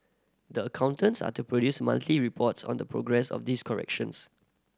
the accountants are to produce monthly reports on the progress of these corrections